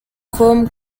com